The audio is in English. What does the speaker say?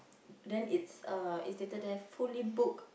then it's uh it's stated there fully booked